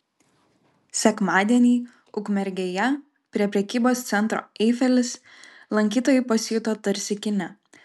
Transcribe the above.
sekmadienį ukmergėje prie prekybos centro eifelis lankytojai pasijuto tarsi kine